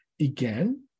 again